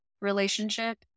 relationship